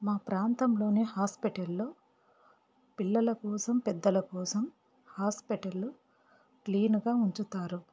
మా ప్రాంతంలోనే హాస్పిటల్లో పిల్లల కోసం పెద్దల కోసం హాస్పిటళ్ళు క్లీన్గా ఉంచుతారు